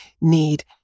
need